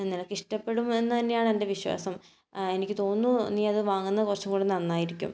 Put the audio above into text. നിനക്ക് ഇഷ്ടപ്പെടും എന്ന് തന്നെയാണ് എൻ്റെ വിശ്വാസം എനിക്ക് തോന്നുന്നു നീ അത് വാങ്ങുന്നത് കുറച്ചും കൂടി നന്നായിരിക്കും